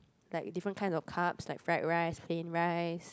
like different kinds of carbs like fried rice plain rice